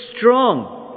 strong